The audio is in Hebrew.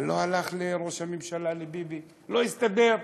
אבל לא הלך לראש הממשלה, לביבי, לא הסתדר.